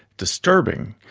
disturbing,